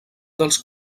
dels